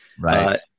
Right